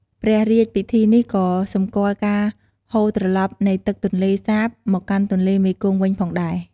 ព្រះរាជពិធីនេះក៏សម្គាល់ការហូរត្រឡប់នៃទឹកទន្លេសាបមកកាន់ទន្លេមេគង្គវិញផងដែរ។